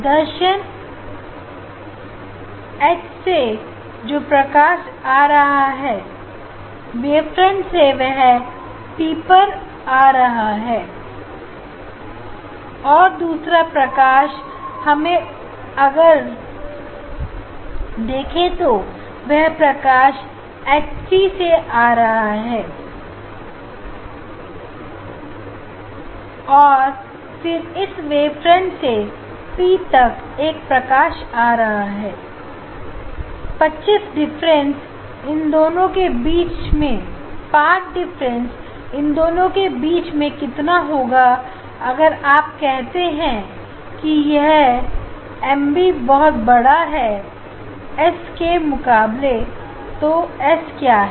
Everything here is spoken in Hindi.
दर्शन एच से जो प्रकाश आ रहा है वेवफ्रंट से वह पीपर आ रहा है और दूसरा प्रकाश उसे हम अगर देखें तो वह प्रकाश एचसी आ रहा है और फिर इस वेवफ्रंट से पी तक एक प्रकाश आ रहा है 25 डिफरेंस इन दोनों के बीच में कितना होगा अगर आप कहते हैं कि यह एबी बहुत बड़ा है एस के मुकाबले तो एस क्या है